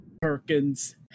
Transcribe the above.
Perkins